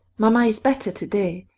mamma is better to-day,